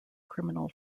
criminal